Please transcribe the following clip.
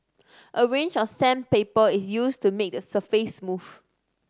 a range of sandpaper is used to make the surface smooth